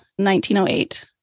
1908